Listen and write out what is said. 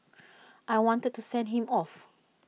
I wanted to send him off